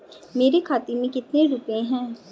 मेरे खाते में कितने रुपये हैं?